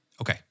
Okay